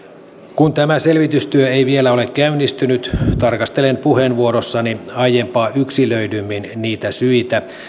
kun tämä selvitystyö ei vielä ole käynnistynyt tarkastelen puheenvuorossani aiempaa yksilöidymmin niitä syitä